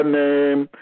name